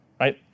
right